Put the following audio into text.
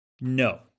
No